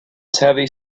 similar